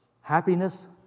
Happiness